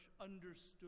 understood